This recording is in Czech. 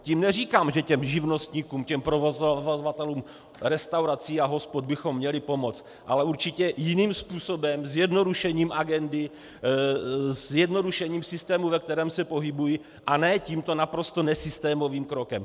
Tím neříkám, že těm živnostníkům, těm provozovatelům restaurací a hospod bychom měli pomoct, ale určitě jiným způsobem, zjednodušením agendy, zjednodušením systému, ve kterém se pohybují, a ne tímto naprosto nesystémovým krokem.